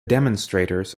demonstrators